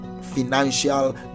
financial